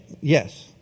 Yes